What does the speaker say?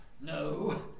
No